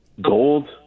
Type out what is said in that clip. gold